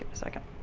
second.